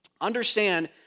understand